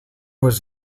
was